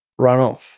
runoff